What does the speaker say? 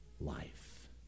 life